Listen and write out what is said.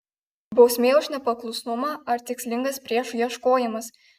bausmė už nepaklusnumą ar tikslingas priešų ieškojimas